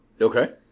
okay